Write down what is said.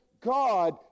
God